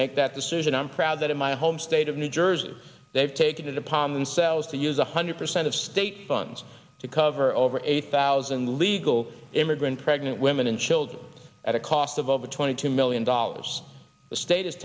make that decision i'm proud that in my home state of new jersey they've taken it upon themselves to use one hundred percent of state funds to cover over eight thousand illegal immigrant pregnant women and children at a cost of over twenty two million dollars the state is